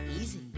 Easy